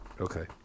Okay